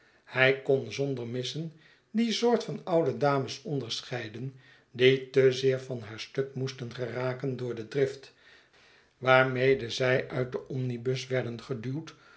hy kon zonder missen die soort van oude dames onderscheiden die te zeer van haar stuk moesten geraken door de drift waarmede zij uit den omnibus werden geduwd